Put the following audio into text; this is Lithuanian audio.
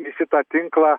į šitą tinklą